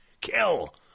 Kill